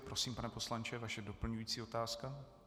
Prosím, pane poslanče, vaše doplňující otázka